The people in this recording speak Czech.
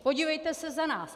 Podívejte se za nás.